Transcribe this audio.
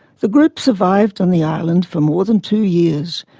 the group survived on the island for more than two years,